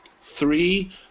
three –